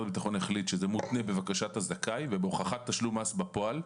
החליט שזה מותנה בבקשת הזכאי ובהוכחת תשלום מס בפועל,